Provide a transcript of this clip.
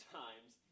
times